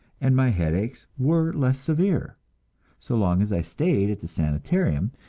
and my headaches were less severe so long as i stayed at the sanitarium,